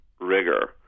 rigor